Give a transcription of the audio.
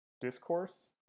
discourse